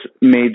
made